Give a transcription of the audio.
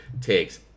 takes